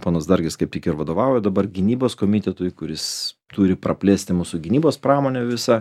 ponas dargis kaip tik ir vadovauja dabar gynybos komitetui kuris turi praplėsti mūsų gynybos pramonę visą